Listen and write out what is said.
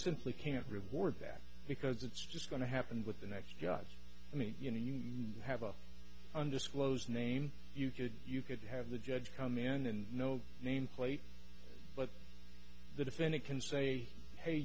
simply can't reward that because it's just going to happen with the next judge i mean you know you may have a undisclosed name you could you could have the judge come in and no nameplate but the defendant can say hey